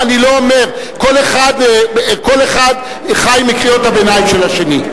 אני לא אומר, כל אחד חי מקריאות הביניים של השני.